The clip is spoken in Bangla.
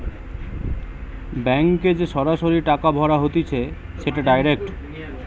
ব্যাংকে যে সরাসরি টাকা ভরা হতিছে সেটা ডাইরেক্ট